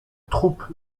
troupe